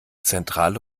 zentrale